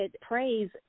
praise